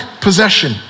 possession